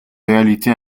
réalité